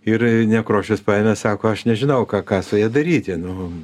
ir nekrošius paėmė sako aš nežinau ką ką su ja daryti nu